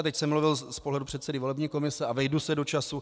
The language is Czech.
Teď jsem mluvil z pohledu předsedy volební komise a vejdu se do času.